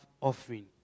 offering